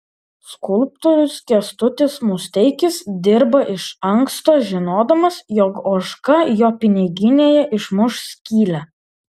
skulptorius kęstutis musteikis dirba iš anksto žinodamas jog ožka jo piniginėje išmuš skylę